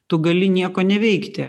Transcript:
tu gali nieko neveikti